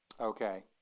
Okay